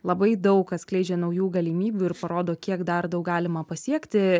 labai daug atskleidžia naujų galimybių ir parodo kiek dar daug galima pasiekti